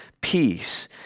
peace